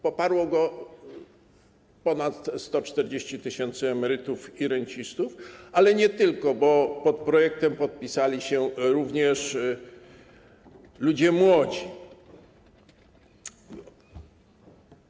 Poparło go ponad 140 tys. emerytów i rencistów, ale nie tylko, bo pod projektem podpisali się również ludzie młodzi.